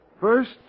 First